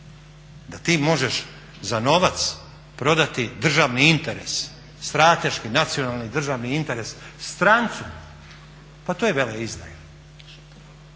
da ti možeš za novac prodati državni interes, strateški, nacionalni državni interes strancu pa to je veleizdaja!